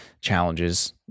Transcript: challenges